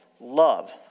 love